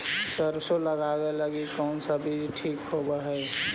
सरसों लगावे लगी कौन से बीज ठीक होव हई?